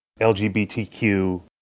LGBTQ